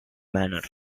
manner